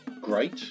great